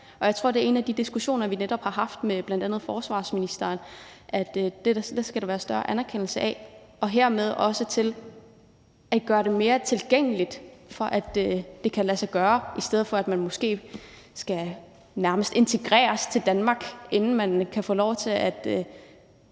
og det er netop en af de diskussioner, vi har haft med bl.a. forsvarsministeren, altså at der skal være større anerkendelse af det, og det skal gøres mere tilgængeligt, for at det kan lade sig gøre, i stedet for at man måske nærmest skal integreres i Danmark, inden man kan få lov til at